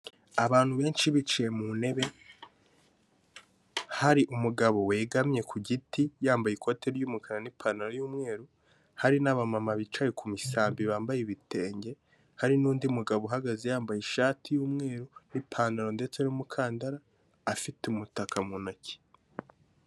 Abantu benshi bicaye mu ntebe hari umugabo wegamye ku giti yambaye ikote ry'umukara n'ipantaro yu'umweru hari nabamama bicaye ku misambi bambaye ibitenge, hari n'undi mugabo uhagaze yambaye ishati y'umweru n'ipantaro ndetse n'umukandara afite umutaka mu ntoki.